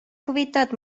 huvitavad